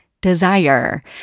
desire